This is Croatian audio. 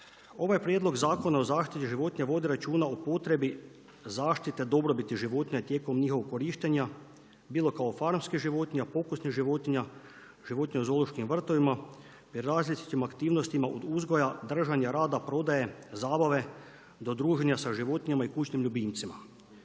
Ovaj Prijedlog zakona o zaštiti životinja vodi računa o potrebi zaštite dobrobiti životinja tijekom njihovog korištenja, bilo kao farmerske životinje, pokusne životinje, životinja u zoološkim vrtovima, različitim aktivnostima od uzgoja, držanja, rada, prodaje, zabave do druženja sa životinjama i kućnim ljubimcima.